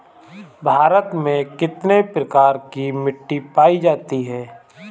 भारत में कितने प्रकार की मिट्टी पायी जाती है?